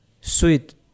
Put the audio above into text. Sweet